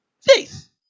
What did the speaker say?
Faith